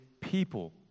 people